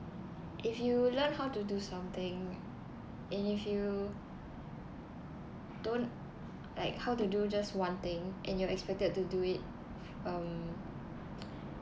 if you learn how to do something and if you don't like how to do just one thing and you're expected to do it um